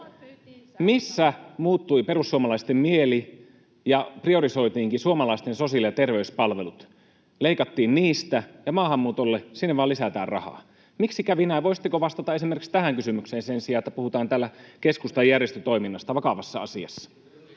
Missä muuttui perussuomalaisten mieli ja priorisointiinkin suomalaisten sosiaali- ja terveyspalvelut, leikattiin niistä, ja maahanmuutolle vain lisätään rahaa? Miksi kävi näin? Voisitteko vastata esimerkiksi tähän kysymykseen sen sijaan, että puhutaan täällä keskustan järjestötoiminnasta vakavassa asiassa?